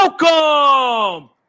Welcome